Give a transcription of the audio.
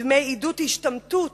דמי עידוד השתמטות